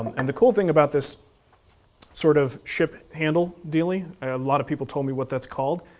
and the cool thing about this sort of ship handle dealy. a lot of people told me what that's called.